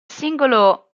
singolo